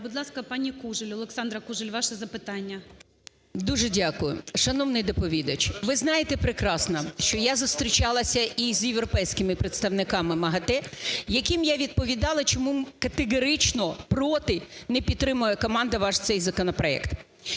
Будь ласка, пані Кужель. Олександра Кужель, ваше запитання. 12:42:16 КУЖЕЛЬ О.В. Дуже дякую. Шановний доповідачу, ви знаєте прекрасно, що я зустрічалася із європейськими представниками МАГАТЕ, яким я відповідала, чому категорично проти, не підтримує команда ваш цей законопроект.